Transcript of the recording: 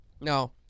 No